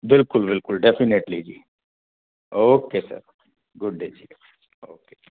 ਬਿਲਕੁਲ ਬਿਲਕੁਲ definitely ji okay sir good day ji okay ਜੀ